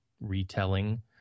retelling